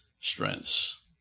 strengths